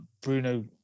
Bruno